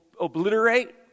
obliterate